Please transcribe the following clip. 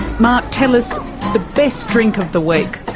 mark, tell us the best drink of the week.